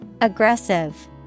Aggressive